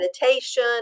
meditation